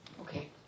Okay